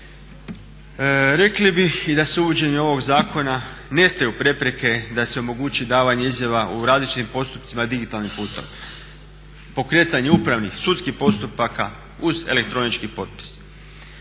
Rekli bi i da su uvođenjem ovog zakona nestaju prepreke da se omogući davanje izjava u različitim postupcima digitalnim putem, pokretanje upravnih, sudskih postupaka uz elektronički potpis.